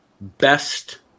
best